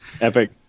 epic